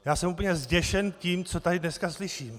Já jsem úplně zděšen tím, co tady dneska slyším.